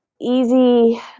easy